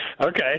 Okay